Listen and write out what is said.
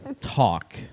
talk